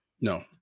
No